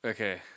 Okay